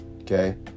okay